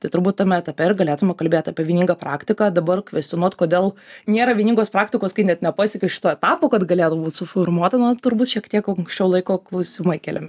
tai turbūt tame etape ir galėtume kalbėt apie vieningą praktiką dabar kvestionuot kodėl nėra vieningos praktikos kai net nepasieki šito etapo kad galėtų būti suformuota na turbūt šiek tiek anksčiau laiko klausimai keliami